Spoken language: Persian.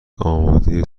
آماده